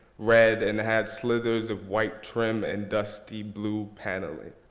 red, and it had slithers of white trim and dusty blue paneling.